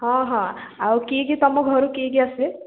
ହଁ ହଁ ଆଉ କିଏ କିଏ ତୁମ ଘରୁ କିଏ କିଏ ଆସିବେ